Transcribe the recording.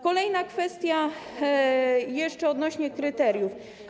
Kolejna kwestia - jeszcze odnośnie do kryteriów.